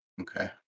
Okay